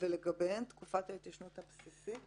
ומוצע להאריך את תקופת ההתיישנות הבסיסית